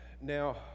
Now